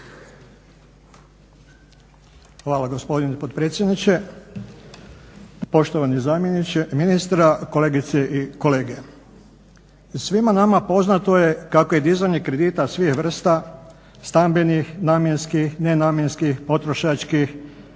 Hvala gospodine potpredsjedniče. Poštovani zamjeniče ministra, kolegice i kolege. Svima nama poznato je kako je dizanje kredita svih vrsta stambenih, namjenskih, nenamjenskih, potrošačkih,